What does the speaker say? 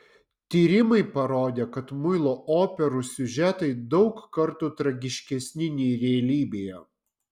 tyrimai parodė kad muilo operų siužetai daug kartų tragiškesni nei realybėje